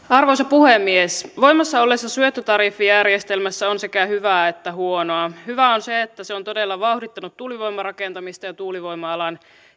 arvoisa puhemies voimassa olleessa syöttötariffijärjestelmässä on sekä hyvää että huonoa hyvää on se että se on todella vauhdittanut tuulivoimarakentamista ja ja tuulivoima alan